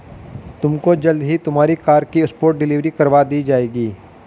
तुमको जल्द ही तुम्हारी कार की स्पॉट डिलीवरी करवा दी जाएगी